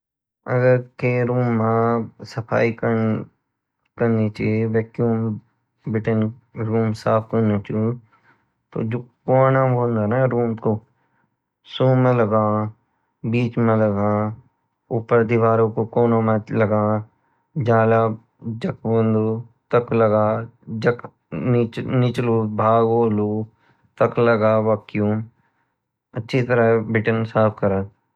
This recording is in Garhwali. अगर के रूम माँ सफाई करनी ची वसुम बिटीन रूम साफ करनुचु तो जो कोना होन्दु ना रूम को सुमा लगान ,बीच मई लगन उप्पर दीवारों के कोनो माँ लगन जला जख होन्दु तख लगा जख निचलू भाग होलु तक लगा वैक्यूम अछि तरहा बीतीं सद्फडफ़ करा